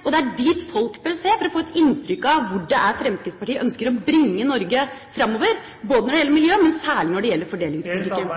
at det er dit man ser, og at det er dit folk bør se for å få et inntrykk av hvor Fremskrittspartiet ønsker å bringe Norge framover når det gjelder miljø, men særlig når det gjelder fordelingspolitikken?